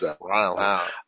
Wow